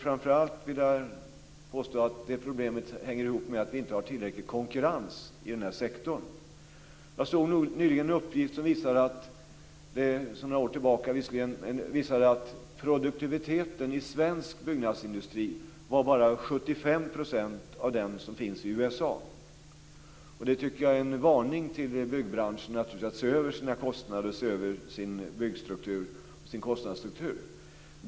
Framför allt vill jag påstå att det problemet hänger ihop med att vi inte har tillräcklig konkurrens i den här sektorn. Jag såg en uppgift - det är visserligen några år tillbaka - som visar att produktiviteten i svensk byggnadsindustri bara var 75 % av den som finns i USA. Det tycker jag är en varning till byggbranschen att se över sina kostnader, sin byggstruktur och sin kostnadsstruktur.